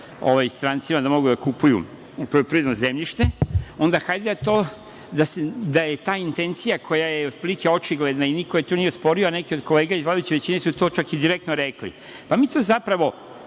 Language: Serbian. strancima da mogu da kupuju poljoprivredno zemljište, onda hajde da ta intencija koja je otprilike očigledna i niko je tu nije osporio, a neke od kolega iz vladajuće većine su to i direktno rekli, da i mi zapravo